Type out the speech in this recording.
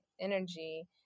energy